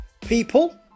people